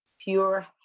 pure